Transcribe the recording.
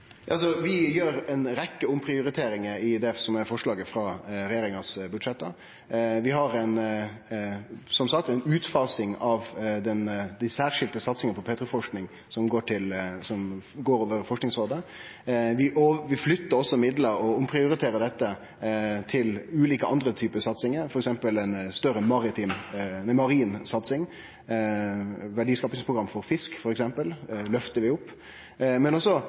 Vi gjer ei rekkje omprioriteringar i det som var budsjettforslaget frå regjeringa. Vi har ei utfasing av dei særskilte satsingane på petroleumsforsking som går over Forskingsrådets budsjett. Vi flytter også midlar og omprioriterer dei til ulike andre satsingar, f.eks. ei større marin satsing, og verdiskapingsprogram for fisk f.eks. løfter vi opp, men elles også